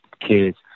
kids